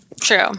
true